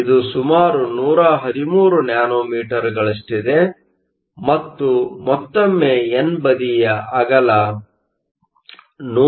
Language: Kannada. ಇದು ಸುಮಾರು 113 ನ್ಯಾನೋಮೀಟರ್ಗಳಷ್ಟಿದೆ ಮತ್ತು ಮತ್ತೊಮ್ಮೆ ಎನ್ ಬದಿಯ ಅಗಲ 102